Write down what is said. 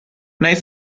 nej